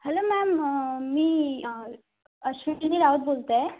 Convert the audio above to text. hello ma'am मी अश्विनी रावत बोलत आहे